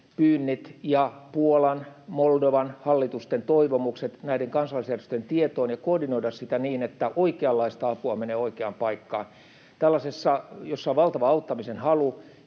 pyynnit ja Puolan sekä Moldovan hallitusten toivomukset näiden kansalaisjärjestön tietoon ja koordinoida sitä niin, että oikeanlaista apua menee oikeaan paikkaan. Tällaisessa tilanteessa, jossa on valtava auttamisen halu